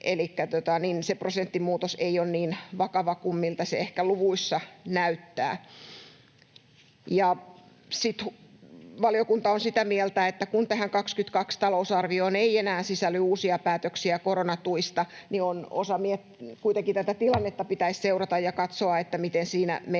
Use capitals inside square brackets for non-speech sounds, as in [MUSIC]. Elikkä se prosenttimuutos ei ole niin vakava kuin miltä se ehkä luvuissa näyttää. Valiokunta on sitä mieltä, että kun tähän talousarvioon 22 ei enää sisälly uusia päätöksiä koronatuista, niin kuitenkin tätä tilannetta [NOISE] pitäisi seurata ja katsoa, miten siinä mennään